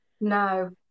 No